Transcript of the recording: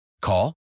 Call